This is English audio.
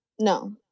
no